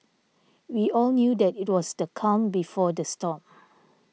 we all knew that it was the calm before the storm